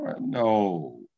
No